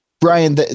Brian